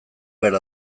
behar